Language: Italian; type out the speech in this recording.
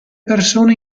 persone